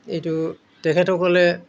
এইটো তেখেতসকলে